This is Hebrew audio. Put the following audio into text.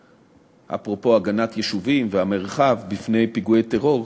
אפרופו הגנת יישובים והמרחב בפני פיגועי טרור,